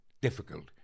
difficult